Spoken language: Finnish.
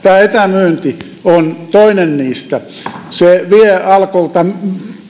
etämyynti on toinen niistä se vie alkolta